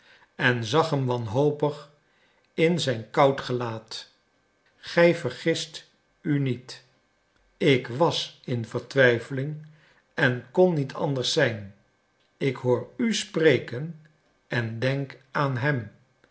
en zag hem wanhopig in zijn koud gelaat gij vergist u niet ik was in vertwijfeling en kon niet anders zijn ik hoor u spreken en denk aan hem